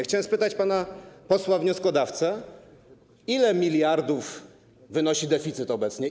Chciałem spytać pana posła wnioskodawcę, ile miliardów wynosi deficyt obecnie.